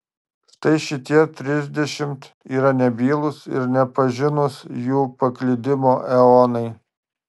štai šitie trisdešimt yra nebylūs ir nepažinūs jų paklydimo eonai